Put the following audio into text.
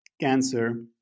cancer